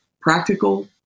practical